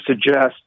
suggest